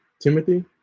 Timothy